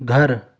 گھر